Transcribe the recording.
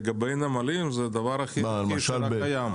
לגבי הנמלים, זה דבר הכי רווחי שקיים.